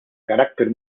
carácter